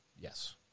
Yes